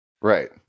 Right